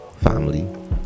family